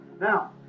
Now